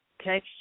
okay